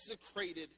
desecrated